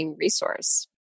resource